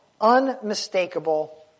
unmistakable